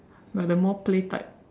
we are the more play type